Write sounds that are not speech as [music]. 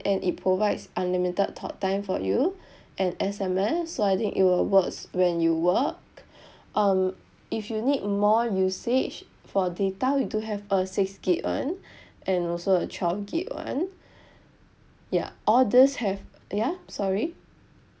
and it provides unlimited talk time for you [breath] and S_M_S so I think it will works when you work [breath] um if you need more usage for data we do have a six gig [one] [breath] and also a twelve gig [one] ya all these have ya sorry